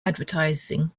advertising